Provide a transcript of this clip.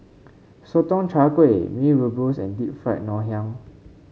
Sotong Char Kway Mee Rebus and Deep Fried Ngoh Hiang